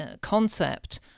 concept